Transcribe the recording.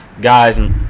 guys